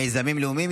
מיזמים לאומיים.